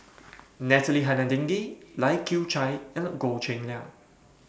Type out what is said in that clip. Natalie Hennedige Lai Kew Chai and Goh Cheng Liang